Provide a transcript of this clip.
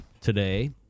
today